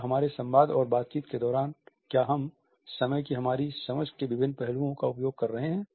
या हमारे संवाद और बातचीत के दौरान क्या हम समय की हमारी समझ के विभिन्न पहलुओं का उपयोग कर रहे हैं